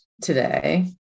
today